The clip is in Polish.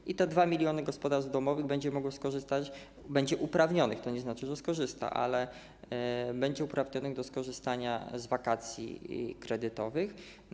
I te 2 mln gospodarstw domowych będzie mogło skorzystać czy będzie uprawnionych - to nie oznacza, że skorzysta, ale będzie uprawnionych - do skorzystania z wakacji kredytowych.